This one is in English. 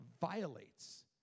violates